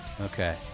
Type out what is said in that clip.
Okay